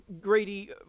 Grady